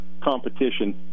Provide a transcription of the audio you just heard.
competition